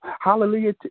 hallelujah